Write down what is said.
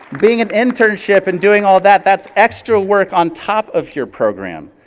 being at internship and doing all of that, that's extra work on top of your program,